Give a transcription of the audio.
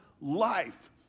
life